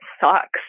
sucks